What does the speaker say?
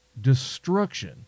destruction